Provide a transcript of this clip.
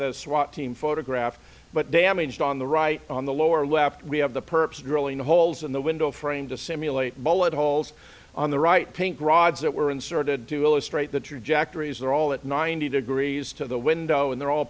the swat team photograph but damaged on the right on the lower left we have the purpose of drilling holes in the window frame to simulate bullet holes on the right pink rods that were inserted to illustrate the trajectories are all at ninety degrees to the window and they're all